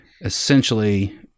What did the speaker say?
essentially